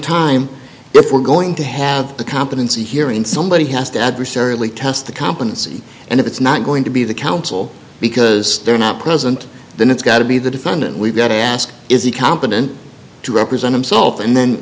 time if we're going to have the competency hearing somebody has the adversary we test the competency and if it's not going to be the counsel because they're not present then it's got to be the defendant we've got to ask is he competent to represent himself and then